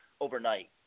overnight